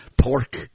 Pork